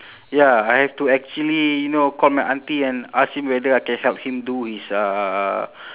ya I have to actually you know call my auntie and ask him whether I can help him do his uh